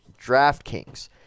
DraftKings